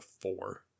four